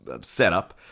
setup